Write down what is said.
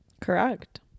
Correct